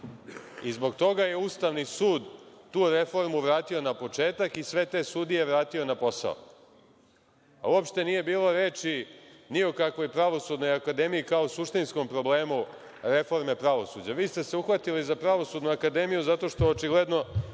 i zbog toga je Ustavni sud tu reformu vratio na početak i sve te sudije vratio na posao. Uopšte nije bilo reči ni o kakvoj Pravosudnoj akademiji kao suštinskom problemu reforme pravosuđa. Vi ste se uhvatili za Pravosudnu akademiju zato što očigledno